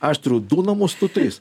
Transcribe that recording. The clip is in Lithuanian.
aš turiu du namus tu tris